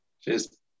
Cheers